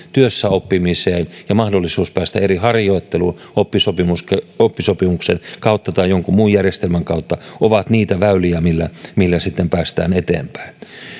työssäoppiminen ja mahdollisuus päästä eri harjoitteluun oppisopimuksen oppisopimuksen kautta tai jonkun muun järjestelmän kautta ovat niitä väyliä millä millä sitten päästään eteenpäin